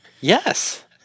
Yes